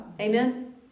Amen